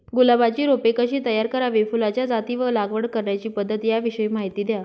गुलाबाची रोपे कशी तयार करावी? फुलाच्या जाती व लागवड करण्याची पद्धत याविषयी माहिती द्या